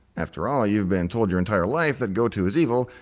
after all, you've been told your entire life that goto is evil,